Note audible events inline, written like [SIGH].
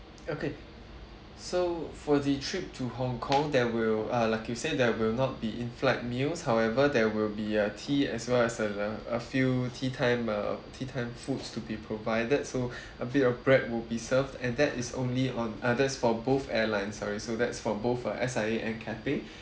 okay so for the trip to hong kong there will ah like you said there will not be inflight meals however there will be uh tea as well as a a few tea time uh tea time foods to be provided so [BREATH] a bit of bread would be served and that is only on others for both airlines sorry so that's for both uh S_I_A and cathay